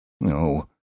No